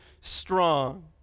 strong